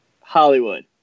Hollywood